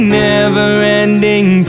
never-ending